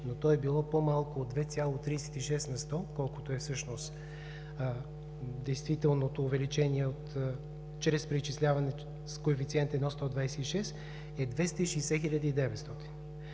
но то е било по-малко от 2,36 на сто, колкото е всъщност действителното увеличение чрез преизчисляване с коефициент 1,126, е 260 900.